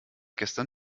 gestern